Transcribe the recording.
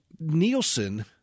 Nielsen